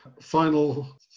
Final